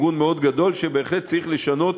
ארגון מאוד גדול שבהחלט צריך לשנות.